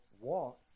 walk